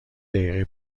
دقیقه